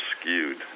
skewed